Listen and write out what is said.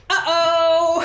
Uh-oh